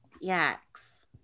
Yaks